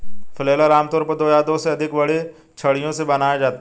flail आमतौर पर दो या दो से अधिक बड़ी छड़ियों से बनाया जाता है